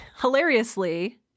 hilariously